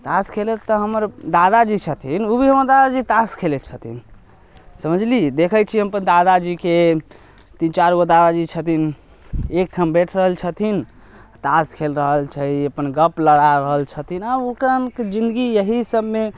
तास खेलैत तऽ हमर दादाजी छथिन उ भी उहाँ दादाजी तास खेलय छथिन समझलियै देखय छियै हम अपन दादाजीके तीन चारिगो दादाजी छथिन एकठम बैठि रहल छथिन आओर तास खेल रहल छै अपन गप लड़ा रहल छथिन आओर ओकरा आरके जिन्दगी यही सभमे